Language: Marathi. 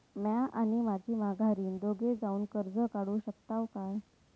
म्या आणि माझी माघारीन दोघे जावून कर्ज काढू शकताव काय?